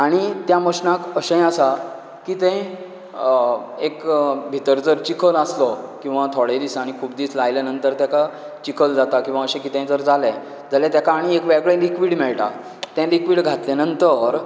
आनी त्या मशिनाक अशेंय आसा की तें एक भितर जर चिखल आसलो किंवां थोडे दिसांनी खूब दीस लायल्या नंतर ताका चिखल जाता किंवां अशें कितें जरी जालें जाल्यार तेका आनी एक वेगळें लिक्विड मेळटा तें लिक्विड घातल्या नंतर